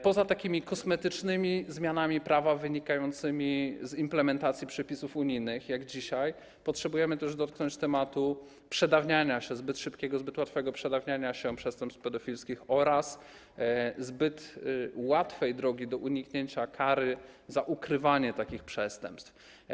Poza takimi kosmetycznymi zmianami prawa wynikającymi z implementacji przepisów unijnych jak dzisiaj potrzebujemy też dotknąć tematu zbyt szybkiego, zbyt łatwego przedawniania się przestępstw pedofilskich oraz zbyt łatwej drogi do uniknięcia kary za ukrywanie takich przestępstw.